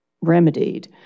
remedied